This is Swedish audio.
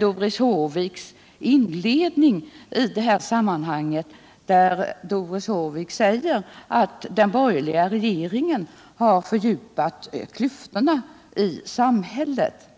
Doris Håviks inledning i detta sammanhang, där hon sade att den borgerliga regeringen har fördjupat klyftorna i samhället.